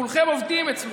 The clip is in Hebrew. כולכם עובדים אצלו.